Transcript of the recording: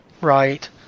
Right